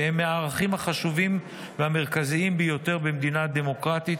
שהם מהערכים החשובים והמרכזיים ביותר במדינה דמוקרטית,